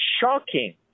shocking